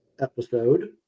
episode